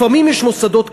לפעמים יש מוסדות כאלה,